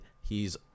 he's-